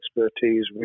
expertise